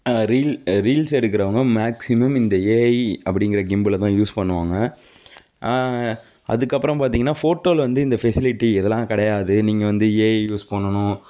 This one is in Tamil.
ரீல் ரீல்ஸ் எடுக்கிறவுங்க மேக்ஸிமம் இந்த ஏஐ அப்படிங்குற கிம்பிலை தான் யூஸ் பண்ணுவாங்க அதுக்கு அப்றம் வந்து பார்த்திங்ன்னா போட்டோவில் வந்து இந்த ஃபெசிலிட்டி இதலாம் கிடையாது நீங்கள் வந்து ஏஐ யூஸ் பண்ணணும்